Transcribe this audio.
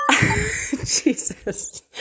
jesus